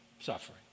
suffering